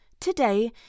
today